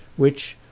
which,